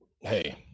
hey